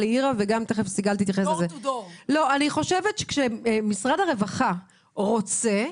לדעתי כשמשרד הרווחה רוצה,